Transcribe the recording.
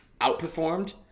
outperformed